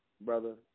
brother